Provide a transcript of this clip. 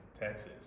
texas